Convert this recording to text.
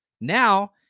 Now